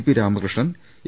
P Ramakrishnan A